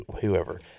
whoever